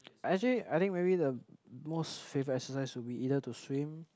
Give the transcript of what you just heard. actually I think maybe the most favourite exercise would be either to swim